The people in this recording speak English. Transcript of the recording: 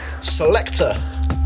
Selector